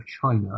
China